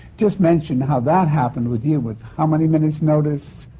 just mention how that happened with you. with how many minutes' notice?